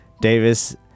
Davis